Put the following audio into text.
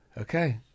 Okay